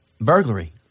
burglary